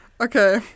okay